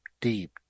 deep